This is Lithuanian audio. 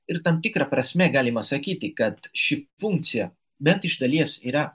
ir tam tikra prasme galima sakyti kad ši funkcija bent iš dalies yra